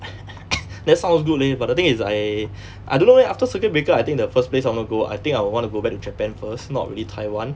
that sounds good leh but the thing is I I don't know eh after circuit breaker I think the first place I wanna go I think I would want to go back to japan first not really taiwan